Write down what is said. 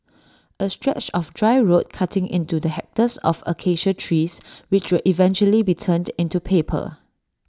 A stretch of dry road cutting in the hectares of Acacia trees which will eventually be turned into paper